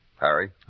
Harry